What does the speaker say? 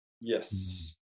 Yes